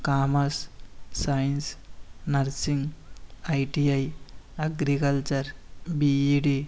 commerce science nursing iti agriculture bed